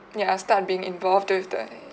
ya I'll start being involved with the